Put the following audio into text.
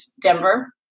Denver